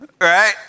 Right